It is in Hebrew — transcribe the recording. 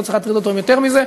לא צריך להטריד אותו עם יותר מזה,